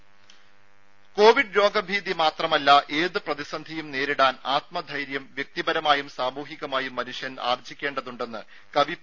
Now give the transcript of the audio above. രും കോവിഡ് രോഗഭീതി മാത്രമല്ല ഏത് പ്രതിസന്ധിയും നേരിടാൻ ആത്മധൈര്യം വ്യക്തിപരമായും സാമൂഹികമായും മനുഷ്യൻ ആർജ്ജിക്കേണ്ടതുണ്ടെന്ന് കവി പി